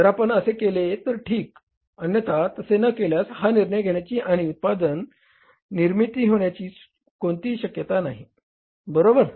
जर आपण असे केले तर ठीक आहे अन्यथा तसे न केल्यास हा निर्णय घेण्याची आणि उत्पादनाची निर्मिती सुरू होण्याची शक्यता नाही बरोबर